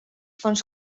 fonts